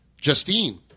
Justine